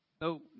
No